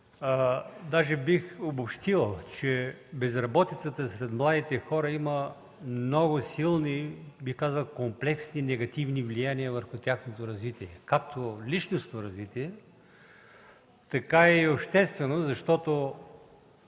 даже бих обобщил, че безработицата сред младите хора има много силни, бих казал комплексни негативни влияния върху тяхното развитие, както върху личностното, така и общественото, защото